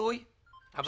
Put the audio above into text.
ניסוי --- איום ונורא.